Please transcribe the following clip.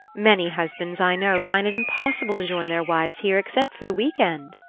many husbands, i know, find it impossible to join their wives here except for the week-end.